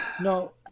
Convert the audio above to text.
No